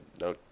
no